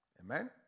Amen